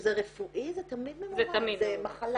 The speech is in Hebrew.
כשזה רפואי זה תמיד ממומן, זה מחלה.